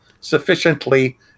sufficiently